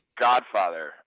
godfather